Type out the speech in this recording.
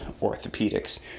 orthopedics